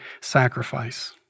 sacrifice